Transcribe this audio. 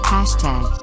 Hashtag